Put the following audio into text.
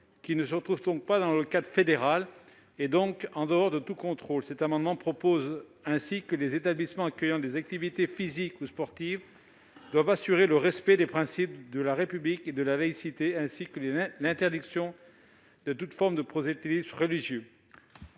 qui ne se trouvent pas dans le cadre fédéral et échappent donc à tout contrôle. Ainsi, les établissements accueillant des activités physiques ou sportives devront assurer le respect des principes de la République, de la laïcité ainsi que l'interdiction de toute forme de prosélytisme religieux.